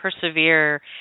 persevere